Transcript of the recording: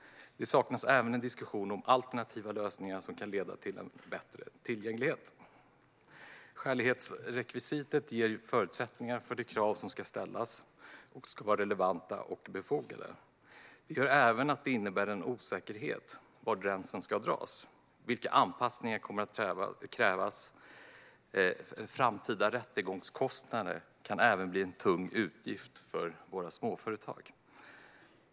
Det saknas även en diskussion om alternativa lösningar som kan leda till bättre tillgänglighet. Skälighetsrekvisitet ger förutsättningar för att de krav som ska ställas ska vara relevanta och befogade. Det gör även att det innebär en osäkerhet var gränsen ska dras. Vilka anpassningar kommer att krävas? Framtida rättegångskostnader kan även det bli en tung utgift för våra småföretag.